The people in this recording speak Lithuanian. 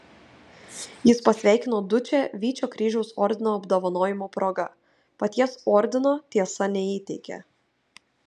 jis pasveikino dučę vyčio kryžiaus ordino apdovanojimo proga paties ordino tiesa neįteikė